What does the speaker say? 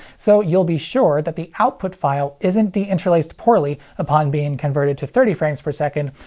so you'll be sure that the output file isn't deinterlaced poorly upon being converted to thirty frames per second,